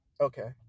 Okay